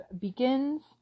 begins